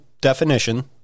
definition